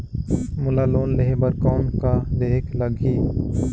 मोला लोन लेहे बर कौन का देहेक लगही?